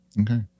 okay